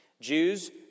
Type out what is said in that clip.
Jews